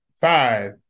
five